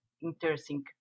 interesting